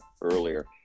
earlier